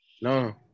No